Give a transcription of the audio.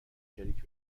شریک